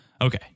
Okay